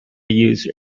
user